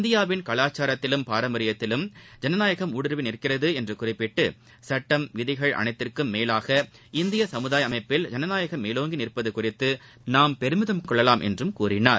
இந்தியாவின் கலாச்சாரத்திலும் பாரம்பரியத்திலும் ஜனநாயகம் ஊடுருவி நிற்கிறது என்று குறிப்பிட்டு சட்டம் விதிகள் அனைத்திற்கும் மேலாக இந்திய சமுதாய அமைப்பில் ஜனநாயகம் மேலோங்கி நிற்பது குறித்து நாம் பெருமிதம் கொள்ளலாம் என்றார்